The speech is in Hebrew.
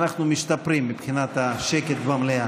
אנחנו משתפרים מבחינת השקט במליאה.